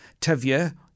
Tevye